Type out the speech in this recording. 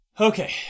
Okay